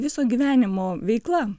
viso gyvenimo veikla